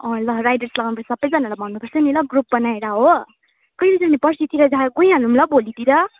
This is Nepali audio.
अँ ल राई ड्रेस लगाऊँ र सबैजनालाई भन्नुपर्छ नि ल ग्रुप बनाएर हो कहिले जाने पर्सितिर जा गइहालौँ ल भोलितिर